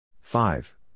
Five